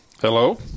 Hello